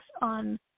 on